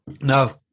No